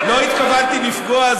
לא התכוונתי לפגוע,